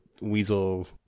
weasel